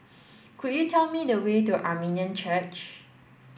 could you tell me the way to Armenian Church